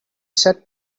said